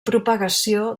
propagació